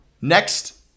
Next